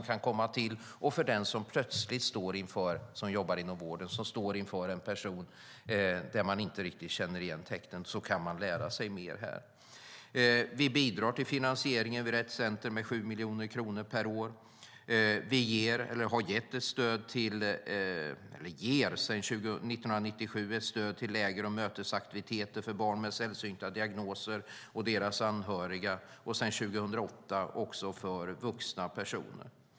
När man plötsligt inom vården står inför en person där man inte känner igen tecknen kan man lära sig mer. Vi bidrar till finansieringen vid Rett Center med 7 miljoner kronor per år. Vi ger sedan 1997 ett stöd till läger och mötesaktiviteter för barn med sällsynta diagnoser och deras anhöriga och sedan 2008 också för vuxna personer.